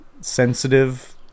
sensitive